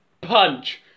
Punch